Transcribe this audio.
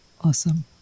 awesome